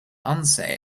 unsay